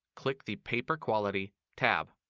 click the paper quality tab.